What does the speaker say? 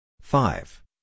five